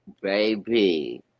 Baby